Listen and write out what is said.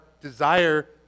desire